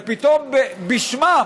ופתאום בשמם